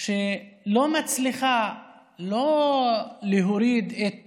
שהיא לא מצליחה לא רק להוריד את